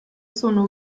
sono